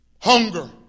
Hunger